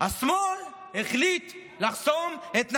השמאל החליט לחסום את נתב"ג.